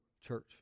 church